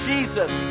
Jesus